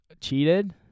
cheated